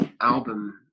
album